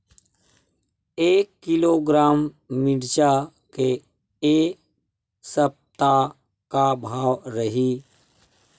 एक किलोग्राम मिरचा के ए सप्ता का भाव रहि?